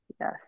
Yes